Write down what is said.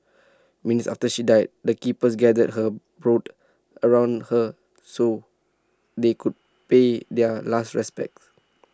minutes after she died the keepers gathered her brood around her so they could pay their last respects